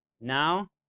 Now